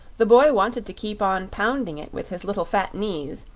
the boy wanted to keep on pounding it with his little fat knees,